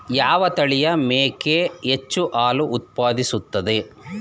ಯಾವ ತಳಿಯ ಮೇಕೆ ಹೆಚ್ಚು ಹಾಲು ಉತ್ಪಾದಿಸುತ್ತದೆ?